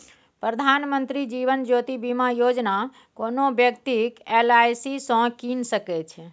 प्रधानमंत्री जीबन ज्योती बीमा योजना कोनो बेकती एल.आइ.सी सँ कीन सकै छै